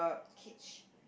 cage